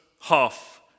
half